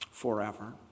forever